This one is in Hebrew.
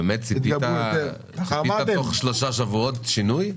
ציפית לשינוי תוך שלושה שבועות?